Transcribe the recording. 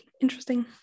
interesting